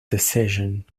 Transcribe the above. decision